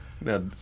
Now